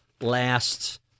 last